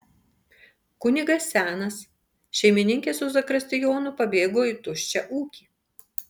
kunigas senas šeimininkė su zakristijonu pabėgo į tuščią ūkį